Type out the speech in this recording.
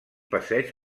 passeig